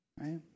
right